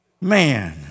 Man